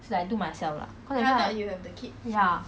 so like I do myself lah cause I thought like ya